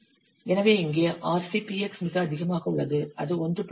எனவே இங்கே RCPX மிக அதிகமாக உள்ளது அது 1